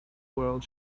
world